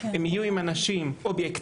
הם יהיו עם אנשים אובייקטיביים,